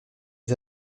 des